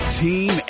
team